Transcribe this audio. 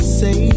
say